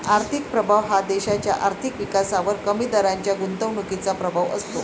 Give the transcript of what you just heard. आर्थिक प्रभाव हा देशाच्या आर्थिक विकासावर कमी दराच्या गुंतवणुकीचा प्रभाव असतो